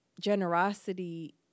generosity